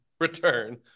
return